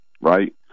right